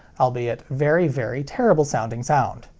albeit very very terrible sounding sound.